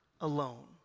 alone